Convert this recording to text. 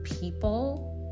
people